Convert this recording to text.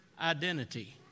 identity